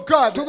God